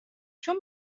چون